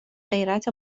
غیرت